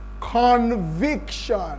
Conviction